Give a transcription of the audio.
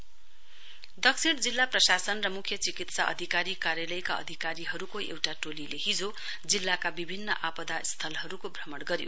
south disaster दक्षिण जिल्ला प्रशासन र मुख्य चिकित्सा अधिकारी कार्यालयका अधिकारीहरुको एउटा टोलीले हिजो जिल्लाका विभिन्न आपदा स्थलहरुको भ्रमण गरायो